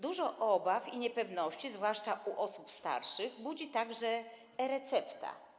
Dużo obaw i niepewności, zwłaszcza wśród osób starszych, budzi także e-recepta.